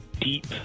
deep